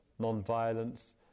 nonviolence